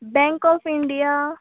bank of India